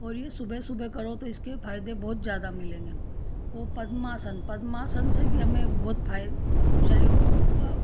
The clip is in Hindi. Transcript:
और ये सुबह सुबह करो तो इसके फायदे बहुत ज्यादा मिलेंगे वो पद्मासन पद्मासन से भी हमें बहुत फाय शरीर को फ